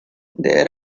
there